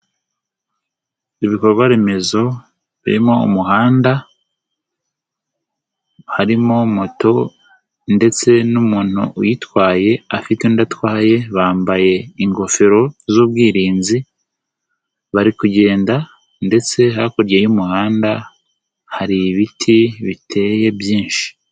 Ibikorwa remezo, birimo umuhanda, harimo moto ndetse n'umuntu uyitwaye, afite undi atwaye, bambaye ingofero z'ubwirinzi, bari kugenda ndetse hakurya y'umuhanda hari ibiti biteye byinshi.